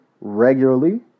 regularly